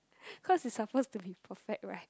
cause it's supposed to be perfect right